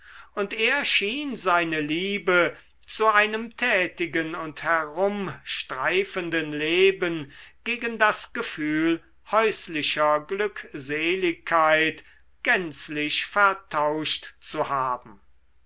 und er schien seine liebe zu einem tätigen und herumstreifenden leben gegen das gefühl häuslicher glückseligkeit gänzlich vertauscht zu haben